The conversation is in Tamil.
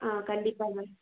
ஆ கண்டிப்பாங்க